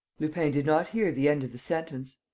lupin did not hear the end of the sentence.